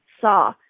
saw